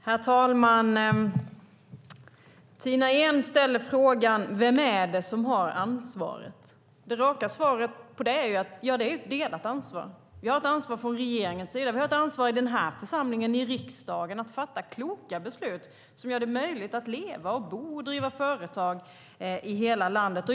Herr talman! Tina Ehn ställde frågan: Vem är det som har ansvaret? Det raka svaret på den är att det är ett delat ansvar. Vi har ett ansvar från regeringens sida, och vi har ett ansvar i den här församlingen, i riksdagen, att fatta kloka beslut som gör det möjligt att leva, bo och driva företag i hela landet.